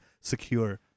secure